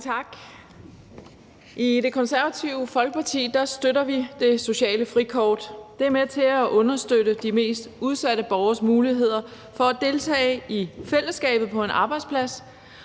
tak. I Det Konservative Folkeparti støtter vi det sociale frikort. Det er med til at understøtte de mest udsatte borgeres muligheder for at deltage i fællesskabet på en arbejdsplads